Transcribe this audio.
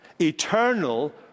Eternal